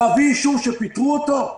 לביא אישור שפיטרו אותו?